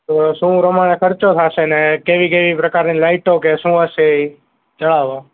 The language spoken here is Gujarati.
તો શું રમાણે ખર્ચો થાસે ને કેવી કેવી પ્રકારની લાઈટો કે શું હસે ઈ જણાવો